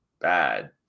bad